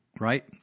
right